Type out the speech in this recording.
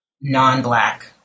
non-black